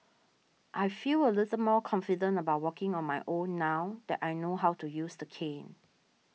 I feel a little more confident about walking on my own now that I know how to use the cane